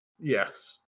Yes